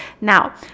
now